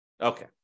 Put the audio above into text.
Okay